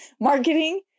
Marketing